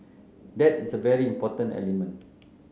that is a very important element